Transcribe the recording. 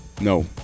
No